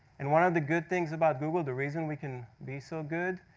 and one of the good things about google, the reason we can be so good,